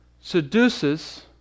seduces